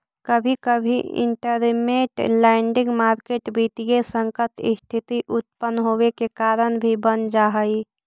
कभी कभी इंटरमेंट लैंडिंग मार्केट वित्तीय संकट के स्थिति उत्पन होवे के कारण भी बन जा हई